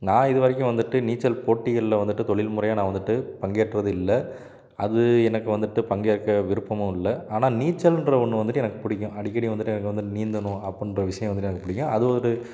நான் இது வரைக்கும் வந்துட்டு நீச்சல் போட்டிகளில் வந்துட்டு தொழில் முறையா நான் வந்துட்டு பங்கேற்றது இல்லை அது எனக்கு வந்துட்டு பங்கேற்க விருப்பமும் இல்ல ஆனால் நீச்சல்ன்ற ஒன்று வந்துட்டு எனக்கு பிடிக்கும் அடிக்கடி வந்துட்டு எனக்கு வந்து நீந்தணும் அப்புடின்ற விஷயம் வந்துட்டு எனக்கு பிடிக்கும் அது ஒரு